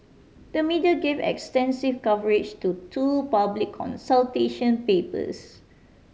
the media gave extensive coverage to two public consultation papers